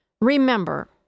Remember